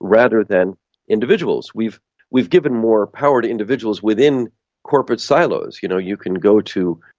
rather than individuals. we've we've given more power to individuals within corporate silos. you know, you can go to.